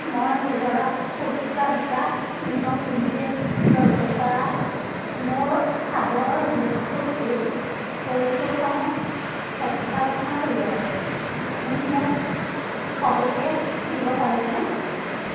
মই গুজৰাট উৰ্জা বিকাশ নিগম লিমিটেড ডলৈ কৰা মোৰ আগৰ বিদ্যুৎ বিল পৰিশোধসমূহ পৰ্যালোচনা কৰিব লাগে আপুনি মোক সবিশেষ দিব মোক পাৰিবনে